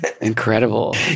incredible